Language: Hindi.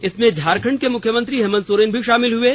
इसमें झारखंड के मुख्यमंत्री हेमंत सोरेन भी शामिल हुये